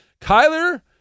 Kyler